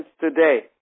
today